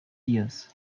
ears